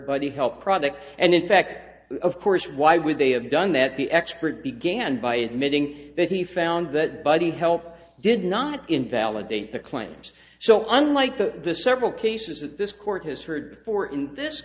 the help product and in effect of course why would they have done that the expert began by admitting that he found that buddy help did not invalidate the claims so unlike the the several cases that this court has heard for in this